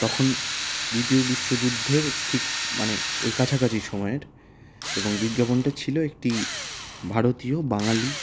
তখন দ্বিতীয় বিশ্বযুদ্ধের ঠিক মানে ওই কাছাকাছি সময়ের এবং বিজ্ঞাপনটা ছিলো একটি ভারতীয় বাঙালি